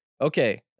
Okay